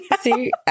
See